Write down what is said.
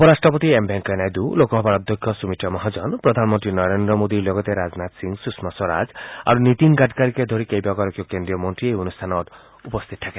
উপ ৰাট্টপতি এম ভেংকায়া নাইডু লোকসভাৰ অধ্যক্ষ সুমিত্ৰা মহাজন প্ৰধানমন্ত্ৰী নৰেদ্ৰ মোদীৰ লগতে ৰাজনাথ সিং সুষমা স্বৰাজ আৰু নীতীন গাডকাৰীকে ধৰি কেইবাগৰাকীও কেন্দ্ৰীয় মন্তী এই অনুষ্ঠানত উপস্থিত থাকে